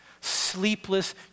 sleepless